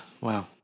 wow